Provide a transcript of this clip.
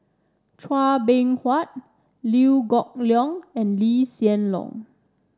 Chua Beng Huat Liew Geok Leong and Lee Hsien Loong